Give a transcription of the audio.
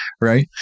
right